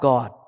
God